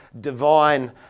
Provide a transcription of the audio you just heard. divine